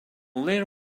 layer